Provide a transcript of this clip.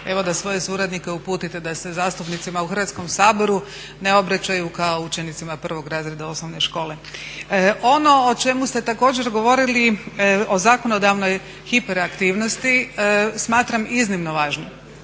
evo da svoje suradnike uputite da se zastupnicima u Hrvatskom saboru ne obraćaju kao učenicima prvog razreda osnovne škole. Ono o čemu ste također govorili, o zakonodavnoj hiperaktivnosti smatram iznimno važnim,